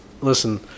Listen